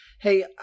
hey